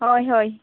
हय हय